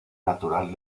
natural